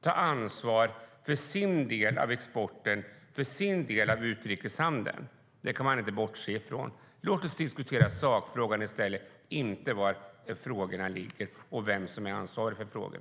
ta ansvar för sin del av exporten och utrikeshandeln. Det kan man inte bortse från. Låt oss diskutera sakfrågan i stället, inte var frågorna ligger och vem som är ansvarig för dem!